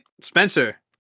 Spencer